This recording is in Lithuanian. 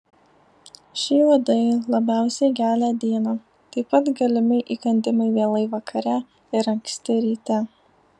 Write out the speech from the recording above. šie uodai labiausiai gelia dieną taip pat galimi įkandimai vėlai vakare ir anksti ryte